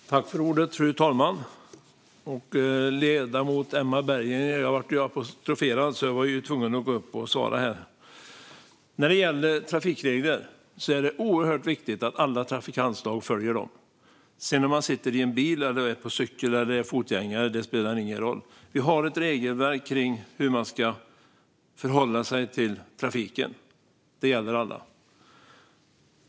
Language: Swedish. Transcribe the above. Fru talman! Jag blev ju apostroferad av ledamoten Emma Berginger, så då måste jag ju gå upp och svara. Det är oerhört viktigt att alla trafikantslag följer trafikreglerna, oavsett om man sitter i en bil eller på en cykel eller är fotgängare. Vi har ett regelverk för hur man ska uppföra sig i trafiken, och det gäller alla.